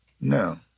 No